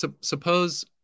suppose